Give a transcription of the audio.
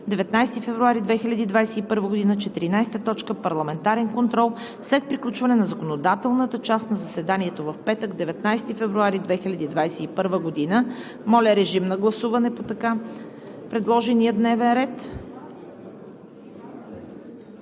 19 февруари 2021 г. 14. Парламентарен контрол – след приключване на законодателната част на заседанието в петък на 19 февруари 2021 г.“ Моля, режим на гласуване по така предложения дневен ред.